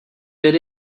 did